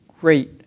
great